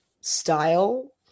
style